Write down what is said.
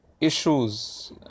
issues